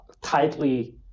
tightly